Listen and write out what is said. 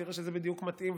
תראה שזה בדיוק מתאים,